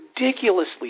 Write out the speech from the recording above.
ridiculously